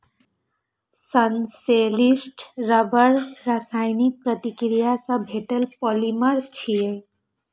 संश्लेषित रबड़ रासायनिक प्रतिक्रिया सं भेटल पॉलिमर छियै